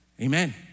Amen